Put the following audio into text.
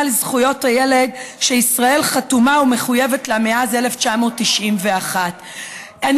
לזכויות הילד שישראל חתומה עליה ומחויבת לה מאז 1991. אני